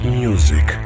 music